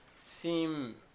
seem